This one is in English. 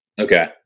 Okay